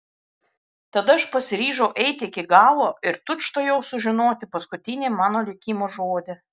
tada aš pasiryžau eiti iki galo ir tučtuojau sužinoti paskutinį mano likimo žodį